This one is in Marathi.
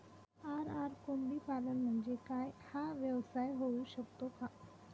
आर.आर कोंबडीपालन म्हणजे काय? हा व्यवसाय होऊ शकतो का?